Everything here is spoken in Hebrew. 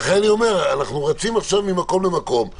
לכן אני אומר: אנחנו רצים עכשיו ממקום למקום.